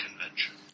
convention